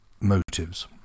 motives